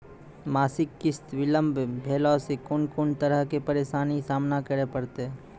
मासिक किस्त बिलम्ब भेलासॅ कून कून तरहक परेशानीक सामना करे परतै?